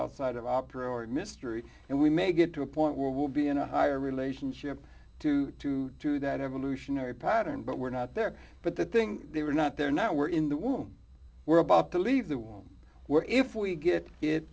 outside of opera or mystery and we may get to a point where we'll be in a higher relationship to to do that evolutionary pattern but we're not there but the thing they were not there now were in the womb we're about to leave the room where if we get it